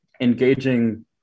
engaging